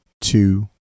two